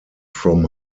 from